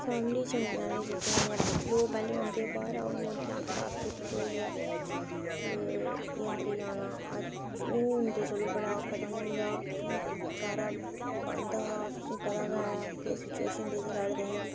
family गी चमकने आह्लियां चीजां न लोक पैह्लें ओह्दे बाह्रा हत्थ उत्थ धोइयै ते फ्ही अंदरे ई आना अज्ज हून ते चलो बड़ा खतम होई गेदा फ्ही सारा बंद हा तुसेंगी पता गै ऐ केह् सिचुएशन रेही दी साढ़ै ताईं बी